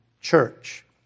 church